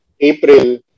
April